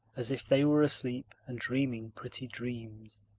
as if they were asleep and dreaming pretty dreams.